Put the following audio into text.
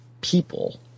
people